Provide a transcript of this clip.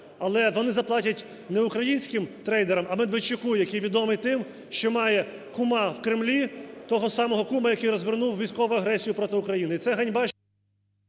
але вони заплатять не українським трейдерам, а Медведчуку, який відомий тим, що має кума в Кремлі, того самого кума, який розвернув військову агресію проти України.